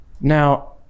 Now